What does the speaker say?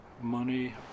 money